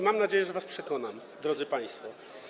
Mam nadzieję, że was przekonam, drodzy państwo.